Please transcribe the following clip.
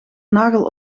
nagel